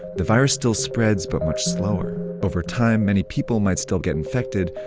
the virus still spreads, but much slower. over time, many people might still get infected,